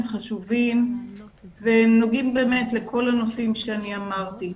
חשובים ונוגעים באמת לכל הנושאים שאני אמרתי.